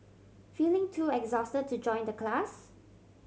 feeling too exhausted to join the class